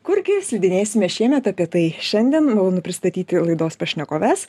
kurgi slidinėsime šiemet apie tai šiandien malonu pristatyti laidos pašnekoves